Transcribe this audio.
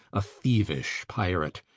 a thievish pirate,